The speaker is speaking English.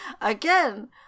again